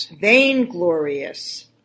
vainglorious